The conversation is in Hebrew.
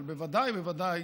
אבל ודאי ובוודאי